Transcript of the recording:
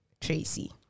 Tracy